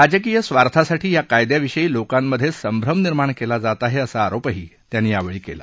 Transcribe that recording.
राजकीय स्वार्थासाठी या काय्याविषयी लोकांमध्ये संभ्रम निर्माण केला जात आहे असा आरोपही त्यांनी केला